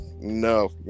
No